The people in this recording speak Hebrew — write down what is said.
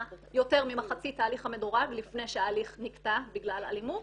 יותר ממחצית ההליך המדורג לפני שההליך נקטע בגלל אלימות